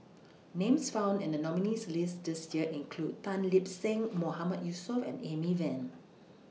Names found in The nominees' list This Year include Tan Lip Seng Mahmood Yusof and Amy Van